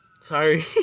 sorry